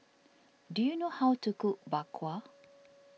do you know how to cook Bak Kwa